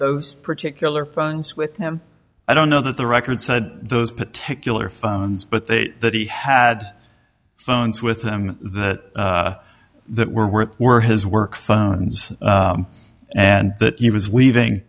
those particular phones with him i don't know that the record said those particular phones but they that he had phones with them that that were were his work phones and that he was leaving